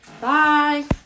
Bye